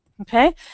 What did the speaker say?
okay